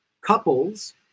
couples